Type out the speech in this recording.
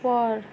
ওপৰ